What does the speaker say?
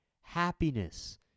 happiness